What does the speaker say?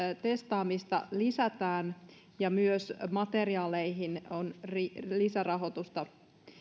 testaamista lisätään ja myös materiaaleihin on lisärahoitusta tämän